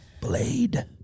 Blade